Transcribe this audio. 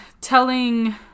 telling